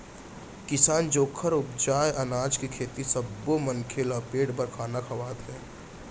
किसान जेखर उपजाए अनाज के सेती सब्बो मनखे ल पेट भर खाना खावत हे